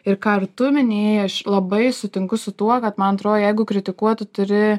ir ką ir tu minėjai aš labai sutinku su tuo kad man atrodo jeigu kritikuot tu turi